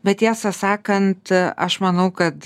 bet tiesą sakant aš manau kad